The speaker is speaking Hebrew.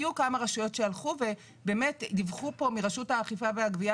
היו כמה רשויות ודיווחו פה מרשות האכיפה והגבייה